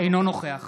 אינו נוכח